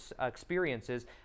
experiences